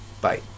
Bye